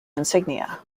insignia